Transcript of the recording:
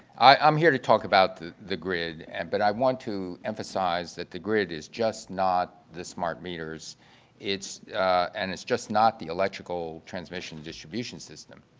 i'm here to talk about the the grid. and but i want to emphasize that the grid is just not the smart meters and it's just not the electrical transmission distribution system.